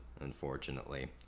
unfortunately